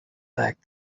fact